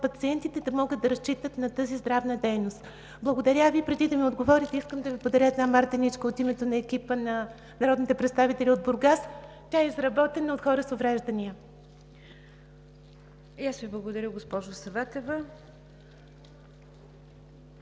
пациентите да не могат да разчитат на тази здравна дейност. Благодаря Ви. Преди да ми отговорите, искам да Ви подаря мартеничка от името на екипа на народните представители от Бургас. Тя е изработена от хора с увреждания. (Народният представител